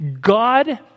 God